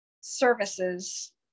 services